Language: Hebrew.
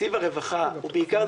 תקציב הרווחה בעיקר,